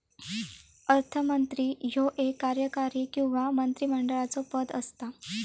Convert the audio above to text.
अर्थमंत्री ह्यो एक कार्यकारी किंवा मंत्रिमंडळाचो पद असता